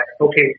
okay